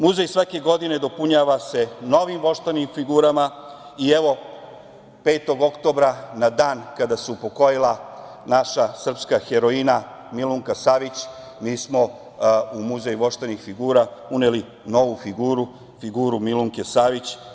Muzej svake godine dopunjava se novim voštanim figurama i evo, 5. oktobra, na dan kada se upokojila naša srpska heroina Milunka Savić, mi smo u Muzej voštanih figura uneli novu figuru, figuru Milunke Savić.